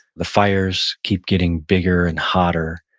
the fires keep getting bigger and hotter.